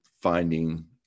finding